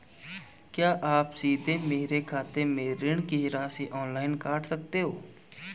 क्या आप सीधे मेरे खाते से ऋण की राशि ऑनलाइन काट सकते हैं?